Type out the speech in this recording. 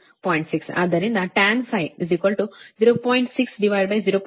ಅದಕ್ಕಾಗಿಯೇ ಅದು 4500 0